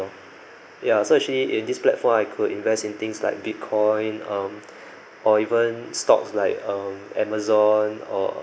ya so actually in this platform I could invest in things like bitcoin um or even stocks like um amazon or